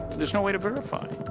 there's no way to verify.